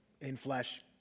in-flesh